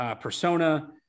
persona